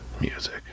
music